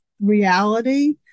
Reality